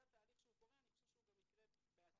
זה התהליך שקורה ואני חושב שהוא גם יקרה בעתיד.